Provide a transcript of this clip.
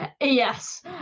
yes